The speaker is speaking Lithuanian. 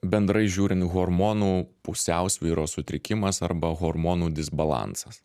bendrai žiūrint hormonų pusiausvyros sutrikimas arba hormonų disbalansas